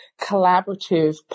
collaborative